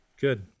Good